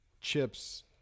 Chip's